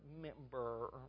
member